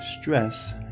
stress